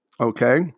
Okay